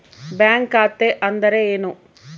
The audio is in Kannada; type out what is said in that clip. ಬ್ಯಾಂಕ್ ಖಾತೆ ಅಂದರೆ ಏನು?